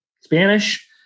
Spanish